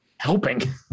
Helping